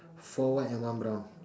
four white and one brown